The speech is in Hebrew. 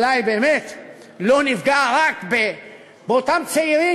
אולי באמת לא נפגע רק באותם צעירים